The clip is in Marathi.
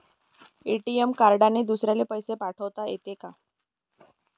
ए.टी.एम कार्डने दुसऱ्याले पैसे पाठोता येते का?